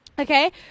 Okay